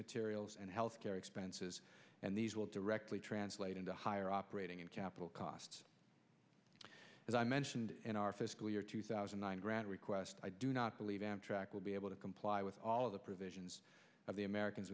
materials and health care expenses and these will directly translate into higher operating and capital costs as i mentioned in our fiscal year two thousand and grant request i do not believe amtrak will be able to comply with all of the provisions of the americans